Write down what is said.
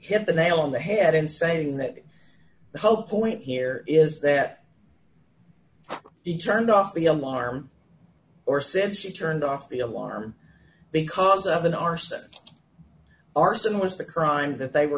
hit the nail on the head in saying that the whole point here is that he turned off the alarm or said she turned off the alarm because of an arson arson was the crime that they were